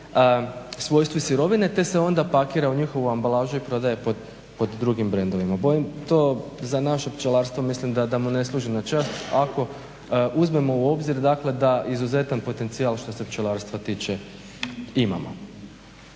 svojstvu sirovine te se onda pakira u njihovu ambalažu i prodaje pod drugim brendovima, to za naše pčelarstvo mislim da mu ne služi na čast ako uzmemo u obzir dakle da izuzetan potencijal što se pčelarstva tiče imamo.